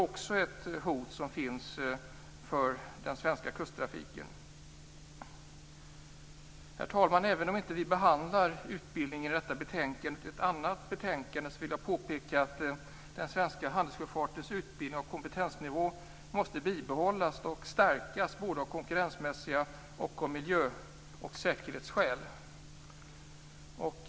Också det är ett hot mot den svenska kusttrafiken. Herr talman! Även om vi inte behandlar utbildning i detta betänkande utan i ett annat betänkande vill jag påpeka att den svenska handelssjöfartens utbildning och kompetensnivå måste bibehållas och stärkas både av konkurrensmässiga skäl och av miljöoch säkerhetsskäl.